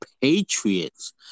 Patriots